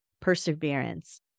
perseverance